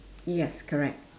yes correct